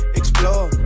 explore